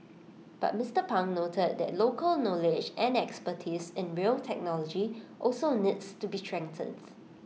but Mister pang noted that local knowledge and expertise in rail technology also needs to be strengthened